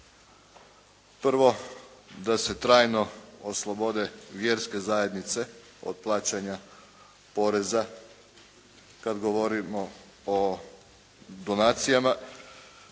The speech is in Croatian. Prvo, da se trajno oslobode vjerske zajednice od plaćanja poreza kad govorimo o donacijama,